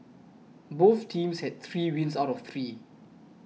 both teams have three wins out of three